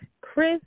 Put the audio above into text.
Chris